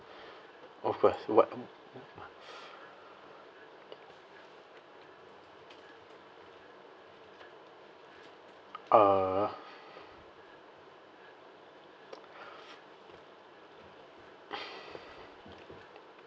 of course what uh